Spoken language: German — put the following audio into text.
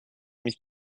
mich